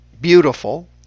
beautiful